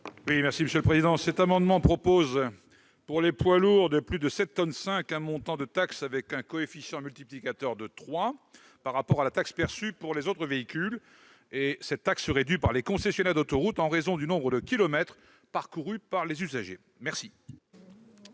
est à M. Éric Bocquet. Cet amendement vise à proposer pour les poids lourds de plus de 7,5 tonnes un montant de taxe avec un coefficient multiplicateur de trois par rapport à celle qui est perçue pour les autres véhicules. Cette taxe serait due par les concessionnaires d'autoroutes à raison du nombre de kilomètres parcourus par les usagers. Quel